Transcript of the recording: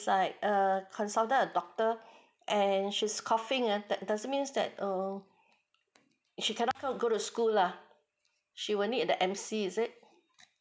like err consulted a doctor and she's coughing err that does that means that err she cannot come go to school lah she will need the M_C is it